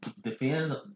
Defend